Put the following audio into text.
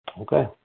Okay